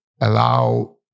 allow